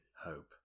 hope